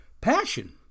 passion